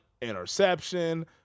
interception